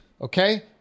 Okay